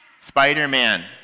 Spider-Man